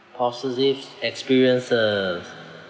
positive experiences